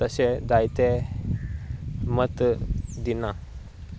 तशें जायते मत दिना